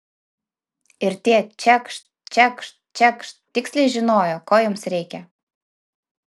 ir tie čekšt čekšt čekšt tiksliai žinojo ko jiems reikia